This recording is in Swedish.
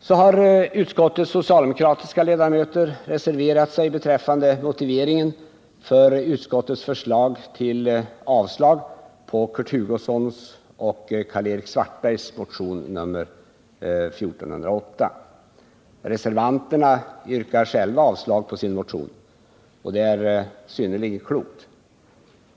tionsdepartemen Utskottets socialdemokratiska ledamöter har reserverat sig beträffande tets'verksamhetsmotiveringen för utskottets förslag till avslag på Kurt Hugossons och Karlområde Reservanterna yrkar själva avslag på sin motion, och det är synnerligen klokt.